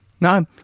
No